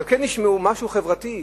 אבל כן ישמעו משהו חברתי,